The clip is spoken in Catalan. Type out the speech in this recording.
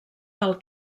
del